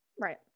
Right